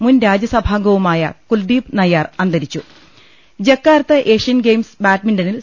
മുൻരാജ്യസഭാംഗവുമായ കുൽദീപ് നയ്യാർ അന്തരിച്ചു Jakarta Asian Games ബാഡ് മിന്റണിൽ